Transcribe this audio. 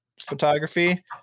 photography